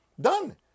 Done